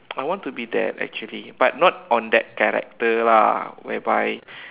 I want to be that actually but not on that character lah whereby